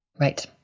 Right